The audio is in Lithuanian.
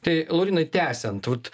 tai laurynai tęsiant vat